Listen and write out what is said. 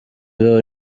abeho